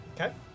Okay